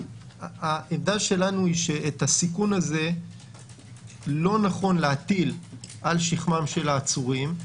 העמדה שלנו היא שאת הסיכון הזה לא נכון להטיל על שכמם של העצורים.